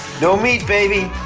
no meat, baby,